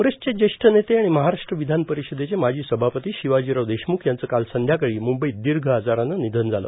कांग्रेसचे ज्येष्ठ नेते आणि महाराष्ट्र विधान परिषदेचे माजी सभापती शिवाजीराव देशम्ख यांचं काल संध्याकाळी मुंबईत दीर्घ आजारानं निधन झालं